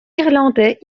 irlandais